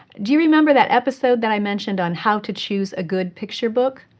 do you remember that episode that i mentioned on how to choose a good picture book?